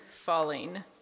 Falling